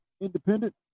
Independent